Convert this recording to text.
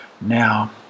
Now